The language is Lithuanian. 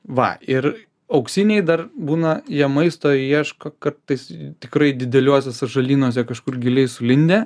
va ir auksiniai dar būna jie maisto ieško kartais tikrai dideliuose sąžalynuose kažkur giliai sulindę